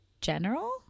general